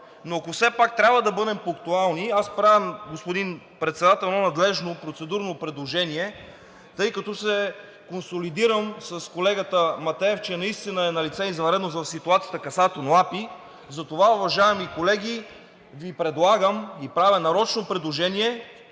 но ако все пак трябва да бъдем пунктуални, аз, господин Председател, правя надлежно процедурно предложение, тъй като се консолидирам с колегата Матеев, че наистина е налице извънредност в ситуацията касателно Агенция „Пътна инфраструктура“. Затова, уважаеми колеги, Ви предлагам и правя нарочно предложение: